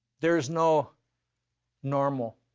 there's no normal